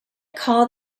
called